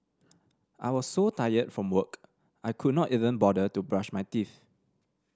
I was so tired from work I could not even bother to brush my teeth